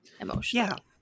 Emotionally